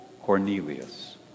Cornelius